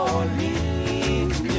Orleans